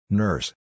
nurse